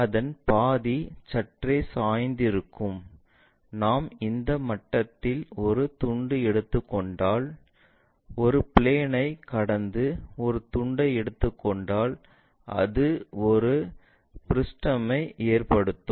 அதன் பாதி சற்றே சாய்ந்து இருக்கும் நாம் இந்த மட்டத்தில் ஒரு துண்டு எடுத்துக்கொண்டால் ஒரு பிளேன்ஐ கடந்து ஒரு துண்டை எடுத்துக்கொண்டால் அது ஒரு பிருஷ்டம்மை ஏற்படுத்துகிறது